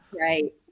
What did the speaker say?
right